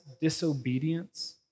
disobedience